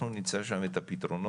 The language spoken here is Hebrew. אנחנו נמצא שם את הפתרונות,